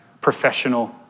professional